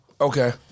Okay